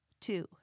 two